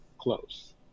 close